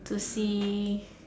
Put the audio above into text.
to see